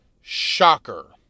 Shocker